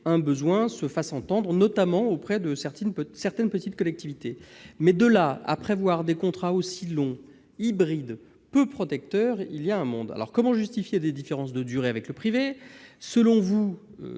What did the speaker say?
besoin se fasse entendre, notamment auprès de certaines petites collectivités. Mais de là à prévoir des contrats aussi longs, hybrides et peu protecteurs, il y a un monde ... Comment justifier des différences de durée avec le privé ? Ces